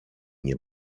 nie